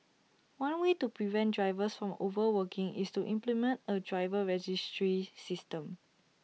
one way to prevent drivers from overworking is to implement A driver registry system